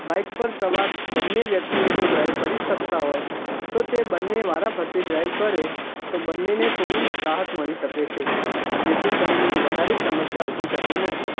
bike પર સવાર બંને વ્યક્તિઓ જો ડ્રાઈવ કરી શકતા હોય તો તે બંને વારાફરતી ડ્રાઈવ કરે તો બંનેને થોડી રાહત મળી શકે છે જેથી કરીને વધારે સમસ્યા ઉભી થતી નથી